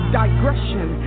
digression